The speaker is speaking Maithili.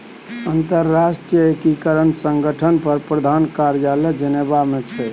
अंतरराष्ट्रीय मानकीकरण संगठन केर प्रधान कार्यालय जेनेवा मे छै